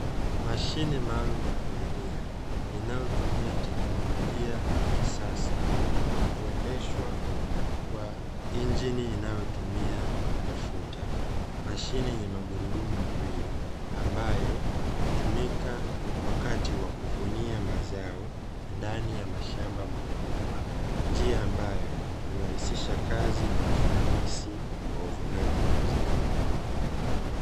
Mashine maalumu ya kulimia inayotumia teknolojia ya kisas mashine ambayo ipo shambani kurahisisha kazi za uzalishaji bora wa mazao